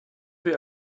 wie